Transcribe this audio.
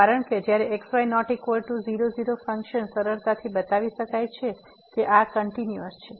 કારણ કે જ્યારે x y ≠ 00 ફંક્શન સરળતાથી બતાવી શકાય છે કે આ કંટીન્યુઅસ છે